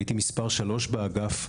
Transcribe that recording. הייתי מס' 3 באגף.